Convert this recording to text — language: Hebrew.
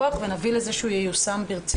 בואו נדבר עליו בכל הכוח ונביא לכך שהוא יושם ברצינות.